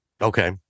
Okay